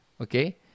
Okay